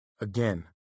Again